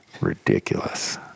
Ridiculous